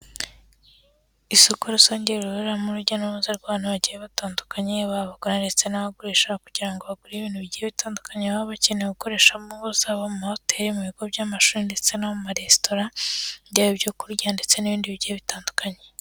Isoko rusange rihuriramo urujya n'uruza rw'abantu bagiye batandukanye baba abagura ndetse n'abagurisha kugira ngo bagure ibintu bigiye bitandukanye baba bakeneye gukoresha mu ngo zabo, mu amahoteri, mu bigo by'amashuri ndetse n'amaresitora, byaba ibyo kurya ndetse n'ibindi bigiye bitandukanye.